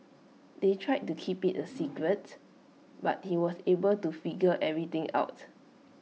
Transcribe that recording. they tried to keep IT A secret but he was able to figure everything out